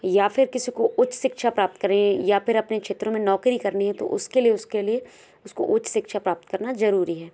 या फ़िर किसी को उच्च शिक्षा प्राप्त करें या फिर अपने क्षेत्र में नौकरी करनी है तो उसके लिए उसके लिए उसको उच्च शिक्षा प्राप्त करना जरुरी है